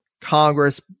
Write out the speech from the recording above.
Congress